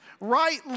Right